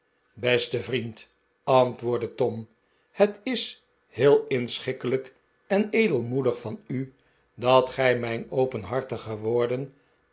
beste vriend antwoordde tom het is heel inschikkelijk en edelmoedig van u dat gij mijn openhartige woorden